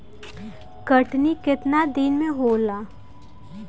कटनी केतना दिन मे होला?